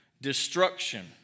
Destruction